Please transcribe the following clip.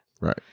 Right